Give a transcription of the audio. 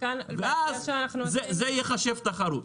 ואז זה ייחשב תחרות.